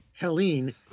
Helene